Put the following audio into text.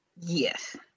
Yes